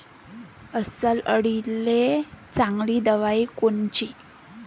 अस्वल अळीले चांगली दवाई कोनची?